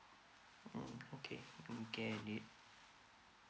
mm okay I get it